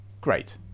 Great